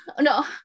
no